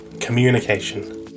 communication